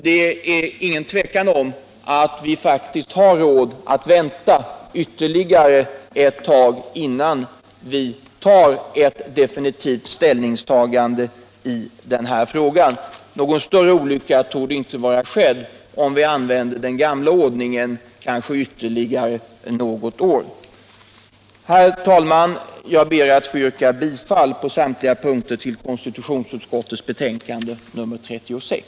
Det är ingen tvekan om att vi har råd att vänta ytterligare en tid innan vi gör ett definitivt ställningstagande i denna fråga. Någon större olycka torde inte vara skedd om vi använder den gamla ordningen ytterligare något år. Herr talman! Jag ber att få yrka bifall till utskottets hemställan under samtliga punkter i betänkandet 36.